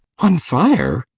on fire!